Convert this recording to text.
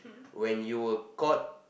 when you were caught